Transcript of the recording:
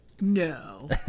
No